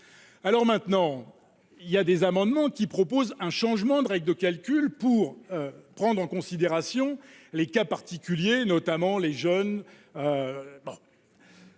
alors maintenant il y a des amendements qui propose un changement de règles de calcul pour prendre en considération les cas particuliers, notamment les jeunes.